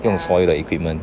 用所有的 equipment